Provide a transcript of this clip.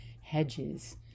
hedges